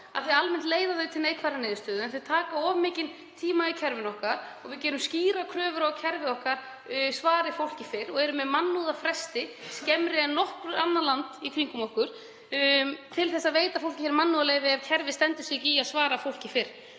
Almennt leiða þau til neikvæðrar niðurstöðu en þau taka of mikinn tíma í kerfinu okkar og við gerum skýrar kröfur um að kerfið svari fólki fyrr. Við erum með mannúðarfresti, skemmri en nokkurt annað land í kringum okkur, til að veita fólki mannúðarleyfi ef kerfið stendur sig ekki í að svara því fyrr.